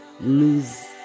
lose